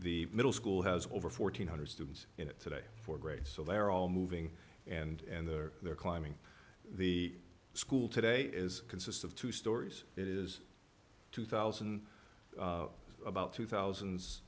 the middle school has over fourteen hundred students in it today for great so they're all moving and they're climbing the school today is consists of two stories it is two thousand about two thousands